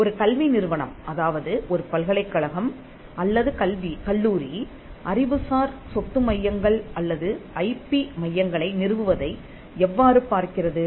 ஒரு கல்வி நிறுவனம் அதாவது ஒரு பல்கலைக்கழகம் அல்லது கல்லூரி அறிவுசார் சொத்து மையங்கள் அல்லது ஐபி மையங்களை நிறுவுவதை எவ்வாறு பார்க்கிறது